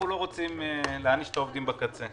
אנחנו לא רוצים להעניש את העובדים בקצה.